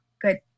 good